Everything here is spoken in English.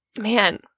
Man